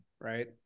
right